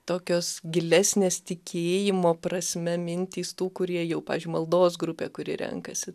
tokios gilesnės tikėjimo prasme mintys tų kurie jau pavyzdžiui maldos grupė kuri renkasi